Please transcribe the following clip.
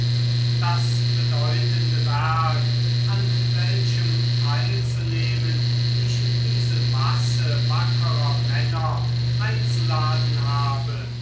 das bedeutende werk an welchem teilzunehmen ich diese masse wackerer männer einzuladen habe